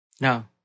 No